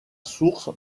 source